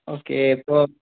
okay എപ്പോൾ